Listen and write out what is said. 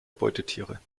beutetiere